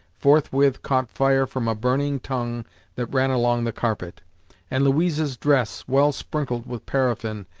forthwith caught fire from a burning tongue that ran along the carpet and louise's dress, well sprinkled with paraffin,